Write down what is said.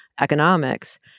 economics